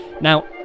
Now